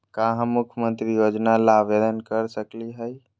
का हम मुख्यमंत्री योजना ला आवेदन कर सकली हई?